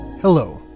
Hello